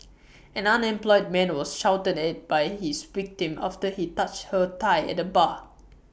an unemployed man was shouted at by his victim after he touched her thigh at A bar